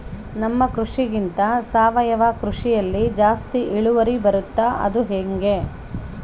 ನಮ್ಮ ಕೃಷಿಗಿಂತ ಸಾವಯವ ಕೃಷಿಯಲ್ಲಿ ಜಾಸ್ತಿ ಇಳುವರಿ ಬರುತ್ತಾ ಅದು ಹೆಂಗೆ?